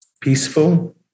Peaceful